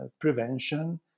prevention